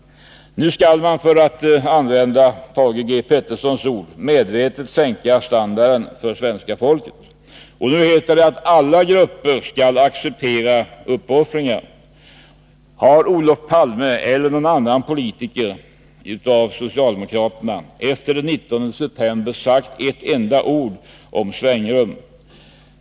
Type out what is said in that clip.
Nu skall man, för att använda Thage G. Petersons ord, medvetet sänka standarden för svenska folket. Nu heter det att alla grupper skall acceptera uppoffringar. Har Olof Palme eller någon annan socialdemokratisk politiker efter den 19 september sagt ett enda ord om ”svängrum””?